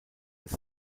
des